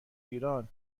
ایران